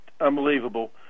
unbelievable